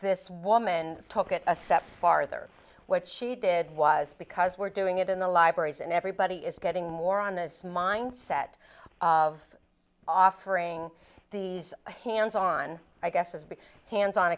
this woman took it a step farther what she did was because we're doing it in the libraries and everybody is getting more on this mindset of offering these a hands on i guess has been hands on